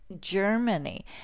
Germany